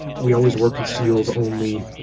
we always worked in seals only.